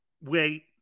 wait